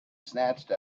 snatched